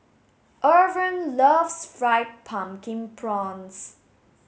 Irven loves fried pumpkin prawns